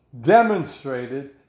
demonstrated